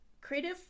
Creative